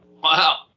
Wow